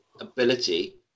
ability